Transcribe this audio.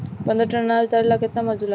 पन्द्रह टन अनाज उतारे ला केतना मजदूर लागी?